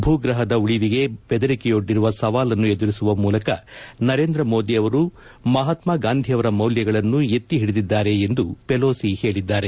ಭೂಗ್ರಹದ ಉಳಿವಿಗೆ ದೆದರಿಕೆಯೊಡ್ಡಿರುವ ಸವಾಲನ್ನು ಎದುರಿಸುವ ಮೂಲಕ ನರೇಂದ್ರ ಮೋದಿ ಅವರು ಮಹಾತ್ಮಗಾಂಧಿಯವರ ಮೌಲ್ಯಗಳನ್ನು ಎತ್ತಿ ಹಿಡಿದಿದ್ದಾರೆ ಎಂದು ಪೆಲೋಸಿ ಹೇಳಿದ್ದಾರೆ